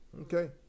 Okay